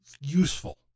useful